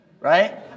right